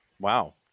wow